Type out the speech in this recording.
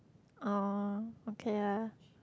oh okay ah